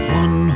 one